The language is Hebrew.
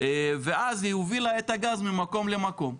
ואז היא הובילה את הגז ממקום למקום,